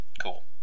Cool